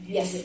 Yes